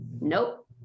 nope